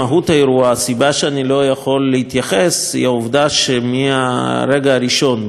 הסיבה שאני לא יכול להתייחס היא העובדה שמהרגע הראשון בתום האירוע,